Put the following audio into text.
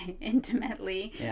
intimately